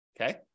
Okay